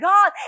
God